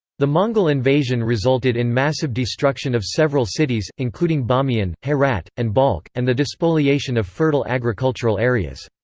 the mongol invasion resulted in massive destruction of several cities, including bamiyan, herat, and balkh, and the despoliation of fertile agricultural areas.